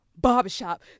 Barbershop